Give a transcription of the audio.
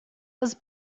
was